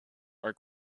are